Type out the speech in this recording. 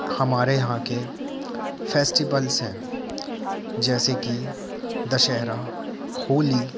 हमारे यहाँ के फेस्टिवल्स हैं जैसे कि दशहरा होली